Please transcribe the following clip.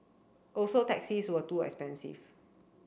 also taxis were too expensive